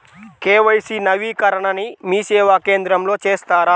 KYC నవీకరణని మీసేవా కేంద్రం లో చేస్తారా?